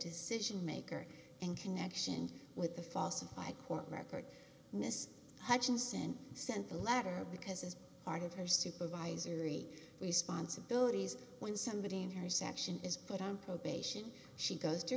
decision maker in connection with the falsified court record mr hutchinson sent the letter because as part of her supervisory responsibilities when somebody in her section is put on probation she goes to